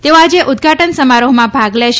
તેઓ આજે ઉદ્વાટન સમારોહમાં ભાગ લેશે